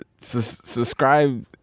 subscribe